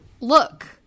look